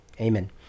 Amen